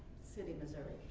city, missouri.